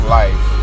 life